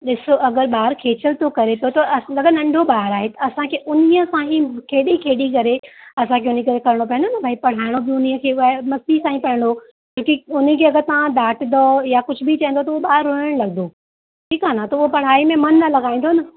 ॾिसो अगरि ॿार खेचल थो करे थो त मतिलब नंढो ॿार आहे त असांखे उन्हीअ साम ई खेॾी खेॾी करे असांखे उनखे करिणो पवंदो न भई पढ़ाइणो बि उन्हीअ खे मस्तीअ सां ई पवंदो छो की उनखे अगरि तव्हां डाटिदो या कुझु चवंदो त उहो ॿार रोएण लॻंदो ठीकु आहे न त उहो पढ़ाईअ में मन न लॻाईंदो न